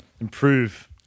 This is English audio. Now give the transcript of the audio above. improve